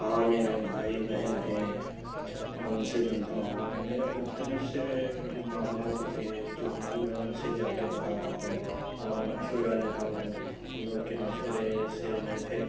ہاں میرے بھائی بہن ہیں میں اُن سے ملتا ہوں میرے مختلف سے معاملات ہوتے ہے جو میں اُن سے جا کے بتاتا ہوں اور مشورہ لیتا ہوں اُن لوگ کے مشورے سے میں پھر